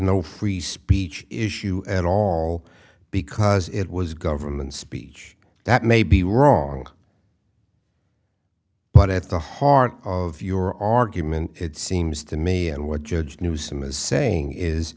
no free speech issue at all because it was government speech that may be wrong but at the heart of your argument it seems to me and what judge newsome is saying is